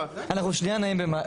אנחנו נעים במעגלים.